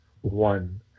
one